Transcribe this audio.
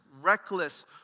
reckless